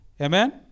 Amen